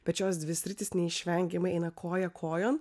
bet šios dvi sritys neišvengiamai eina koja kojon